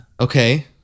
Okay